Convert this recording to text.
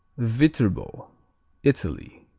viterbo italy